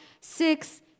Six